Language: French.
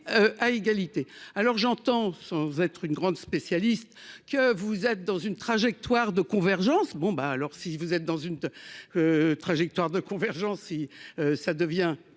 à égalité, alors j'entends sans être une grande spécialiste que vous êtes dans une trajectoire de convergence, bon bah alors si vous êtes dans une trajectoire de convergence si ça devient